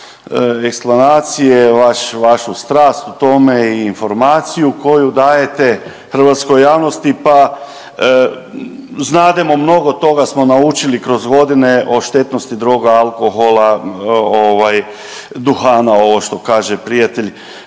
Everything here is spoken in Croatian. hrvatskoj javnosti pa znademo, mnogo toga smo naučili kroz godine o štetnosti droga, alkohola, duhana, ovo što kaže prijatelj.